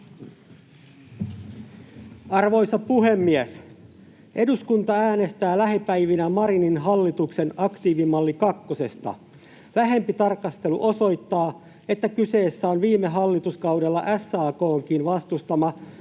Arvoisa puhemies! Eduskunta äänestää lähipäivinä Marinin hallituksen aktiivimalli kakkosesta. Lähempi tarkastelu osoittaa, että kyseessä on viime hallituskaudella SAK:nkin vastustama